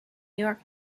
york